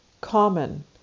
common